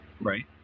Right